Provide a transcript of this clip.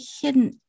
hidden